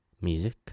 music